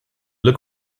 look